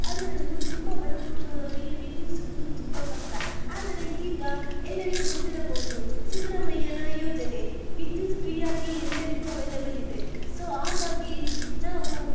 ಅದರಲ್ಲೂ ತುಂಬ ಬಡ ಕುಟುಂಬದವರಿಗೆ ವಿದ್ಯುತ್ ಸಿಗುವುದು ತುಂಬ ಕಷ್ಟ ಆದರೆ ಈಗ ಎಲ್ಲರಿಗೂ ಗೊತ್ತಿರಬಹುದು ಸಿದ್ದರಾಮಯ್ಯನ ಯೋಜನೆ ವಿದ್ಯುತ್ ಫ್ರೀ ಆಗಿ ಎಲ್ಲರಿಗೂ ಅವೈಲೆಬಲ್ ಇದೆ ಸೊ ಹಾಗಾಗಿ ನಾವು